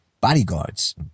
bodyguards